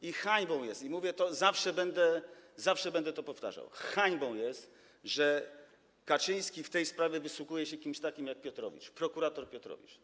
I hańbą jest, mówię to, zawsze będę to powtarzał, hańbą jest, że Kaczyński w tej sprawie wysługuje się kimś takim jak Piotrowicz, prokurator Piotrowicz.